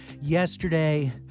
Yesterday